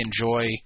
enjoy